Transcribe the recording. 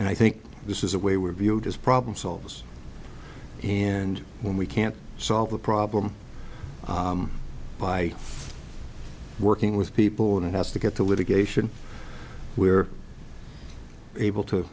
and i think this is a way we're viewed as problem solvers and when we can't solve a problem by working with people and it has to get to litigation we're able to